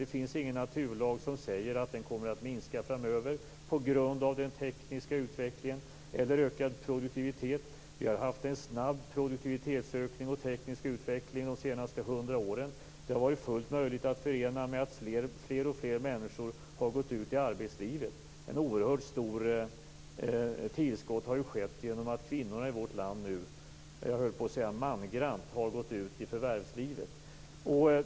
Det finns ingen naturlag som säger att den kommer att minska framöver på grund av den tekniska utvecklingen eller på grund av ökad produktivitet. Vi har haft en snabb produktivitetsökning och teknisk utveckling de senaste hundra åren. Det har varit fullt möjligt att förena med att fler och fler människor har gått ut i arbetslivet. Ett oerhört stort tillskott har skett genom att kvinnorna i vårt land, jag höll på att säga mangrant, har gått ut i förvärvslivet.